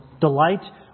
delight